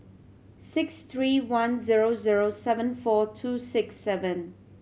six three one zero zero seven four two six seven